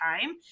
time